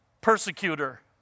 persecutor